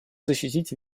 защитить